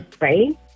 right